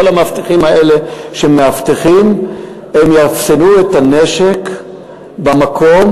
כל המאבטחים האלה, הם יאפסנו את הנשק במקום.